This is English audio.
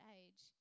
age